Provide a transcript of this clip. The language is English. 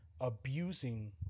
abusing